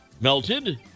melted